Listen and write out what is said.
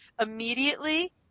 immediately